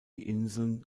inseln